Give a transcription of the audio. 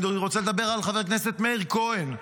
אני רוצה לדבר על חבר הכנסת מאיר כהן,